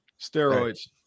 Steroids